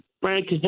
Frank